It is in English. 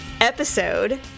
episode